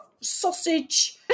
sausage